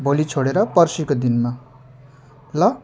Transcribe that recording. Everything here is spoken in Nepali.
भोलि छोडेर पर्सिको दिनमा ल